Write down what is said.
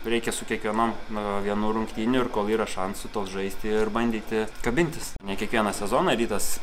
reikia su kiekvienom nuo vienų rungtynių ir kol yra šansų toks žaisti ir bandyti kabintis ne kiekvieną sezoną rytas